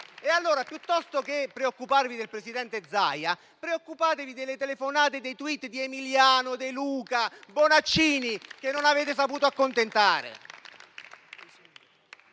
Piuttosto che preoccuparvi del presidente Zaia, preoccupatevi allora delle telefonate e dei *tweet* di Emiliano, De Luca e Bonaccini che non avete saputo accontentare.